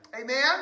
Amen